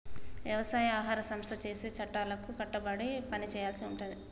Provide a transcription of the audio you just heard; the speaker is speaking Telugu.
వ్యవసాయ ఆహార సంస్థ చేసే చట్టాలకు కట్టుబడి పని చేయాల్సి ఉంటది